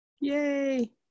Yay